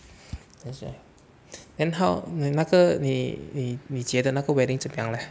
yes lah then how then 那个你你接的那个 wedding 怎样 leh